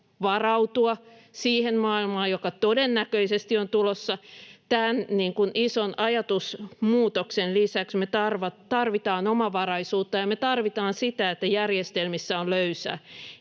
varautua siihen maailmaan, joka todennäköisesti on tulossa, tämän ison ajatusmuutoksen lisäksi me tarvitaan omavaraisuutta ja me tarvitaan sitä, että järjestelmissä on löysää,